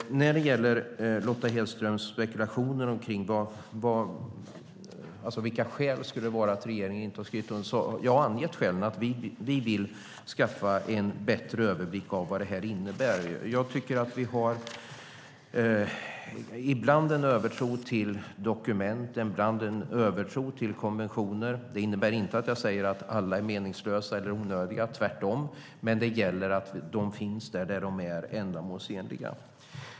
Lotta Hedström spekulerar i skälen till varför regeringen inte har skrivit under. Jag har angett skälen. Regeringen vill få en bättre överblick av vad protokollet innebär. Jag tycker att vi ibland har en övertro till dokument och konventioner. Det innebär inte att jag säger att alla är meningslösa eller onödiga - tvärtom - men de ska finnas där de är ändamålsenliga.